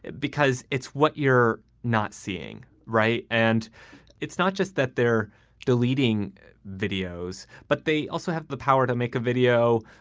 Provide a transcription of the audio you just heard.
because it's what you're not seeing. right. and it's not just that they're deleting videos, but they also have the power to make a video,